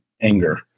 anger